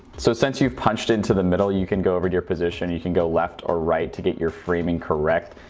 so since you've punched into the middle you can go over to your position you can go left or right to get your framing correct.